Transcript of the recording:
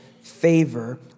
favor